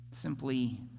Simply